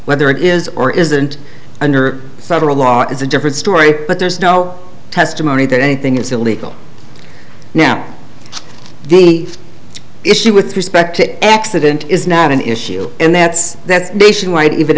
whether it is or isn't under federal law it's a different story but there's no testimony that anything is illegal now the issue with respect to accident is not an issue and that's that's